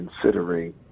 considering